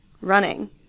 running